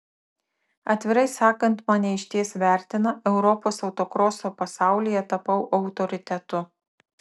atvirai sakant mane išties vertina europos autokroso pasaulyje tapau autoritetu